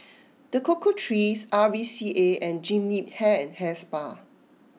The Cocoa Trees R V C A and Jean Yip Hair and Hair Spa